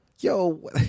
Yo